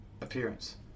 appearance